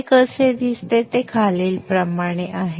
ते कसे दिसते ते खालीलप्रमाणे आहे